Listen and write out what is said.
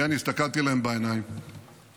הסתכלתי עליהן בעיניים